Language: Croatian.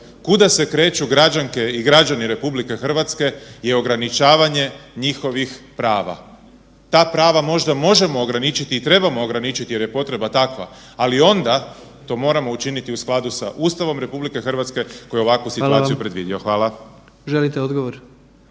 kuda se kreću građanke i građani RH je ograničavanje njihovih prava. Ta prava možda možemo ograničiti i trebamo ograničiti jer je potreba takva, ali onda to moramo učiniti u skladu sa Ustavom RH koju je ovakvu situaciju predvidio. Hvala. **Jandroković,